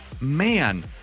Man